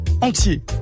Entier